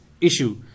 issue